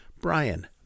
Brian